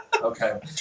Okay